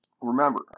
Remember